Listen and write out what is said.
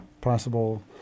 possible